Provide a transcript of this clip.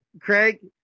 craig